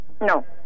No